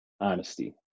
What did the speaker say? Honesty